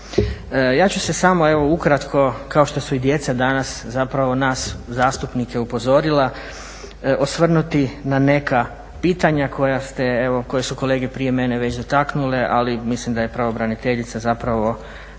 Ja ću se samo ukratko kao što su i djeca danas zapravo nas zastupnike upozorila, osvrnuti na neka pitanja koja su kolege prije mene već dotaknule ali mislim da je pravobraniteljica lijepo